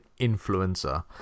influencer